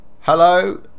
Hello